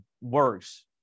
works